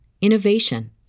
innovation